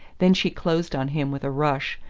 then she closed on him with a rush,